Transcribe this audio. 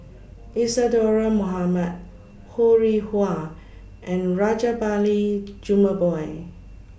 Isadhora Mohamed Ho Rih Hwa and Rajabali Jumabhoy